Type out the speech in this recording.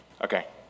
Okay